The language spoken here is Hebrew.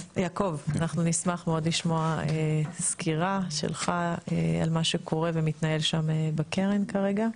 נשמח מאוד לשמוע סקירה שלך על מה שקורה ומתנהל שם בקרן כרגע.